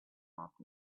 off